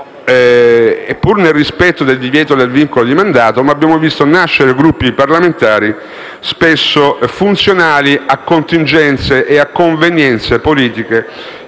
Pur nel rispetto del divieto del vincolo di mandato, abbiamo visto nascere Gruppi parlamentari spesso funzionali a contingenze e convenienze politiche,